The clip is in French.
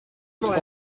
trois